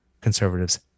Conservatives